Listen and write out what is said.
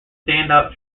standout